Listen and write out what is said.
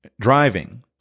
driving